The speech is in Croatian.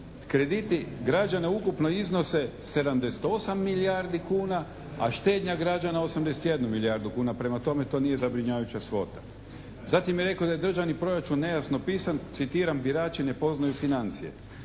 Krediti građana ukupno iznose 78 milijardi kuna, a štednja građana 81 milijardu kuna, prema tome to nije zabrinjavajuća svota. Zatim je rekao da je državni proračun nejasno pisan. Citiram: "Birači ne poznaju financije."